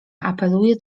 apeluje